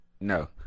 No